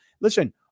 Listen